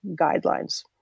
guidelines